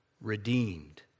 Redeemed